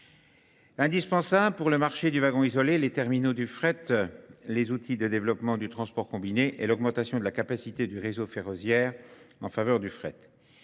L'indispensable pour le marché du wagon isolé, les terminaux du fret, les outils de développement du transport combiné et l'augmentation de la capacité du réseau ferroviaire en faveur du fret.